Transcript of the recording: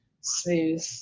smooth